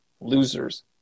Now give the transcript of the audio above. losers